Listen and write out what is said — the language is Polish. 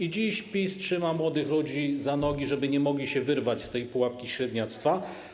i dziś PiS trzyma młodych ludzi za nogi, żeby nie mogli się wyrwać z tej pułapki średniactwa.